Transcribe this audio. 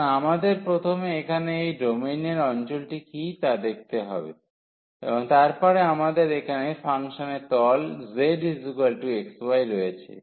সুতরাং আমাদের প্রথমে এখানে এই ডোমেইনের অঞ্চলটি কী তা দেখতে হবে এবং তারপরে আমাদের এখানে ফাংশনের তল zxy রয়েছে